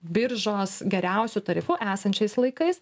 biržos geriausiu tarifu esančiais laikais